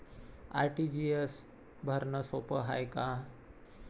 RTGS भरनं सोप हाय का?